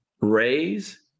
Raise